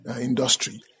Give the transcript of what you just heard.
industry